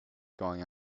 going